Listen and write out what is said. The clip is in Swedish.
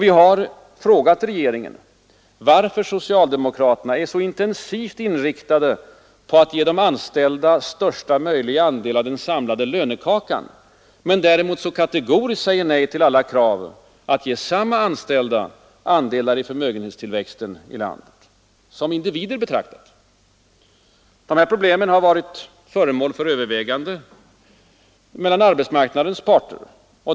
Vi har frågat regeringen, varför socialdemokraterna är så intensivt inriktade på att ge de anställda största möjliga andel av den samlade lönekakan men däremot så kategoriskt säger nej till krav på att ge samma anställda andelar i förmögenhetstillväxten i landet som individer betraktat. Dessa problem har varit föremål för överväganden mellan arbetsmarknadens parter.